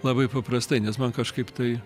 labai paprastai nes man kažkaip tai